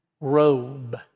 robe